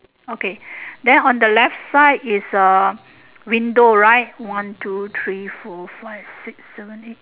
okay then on the left side is uh window right one two three four five six seven eight